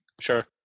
Sure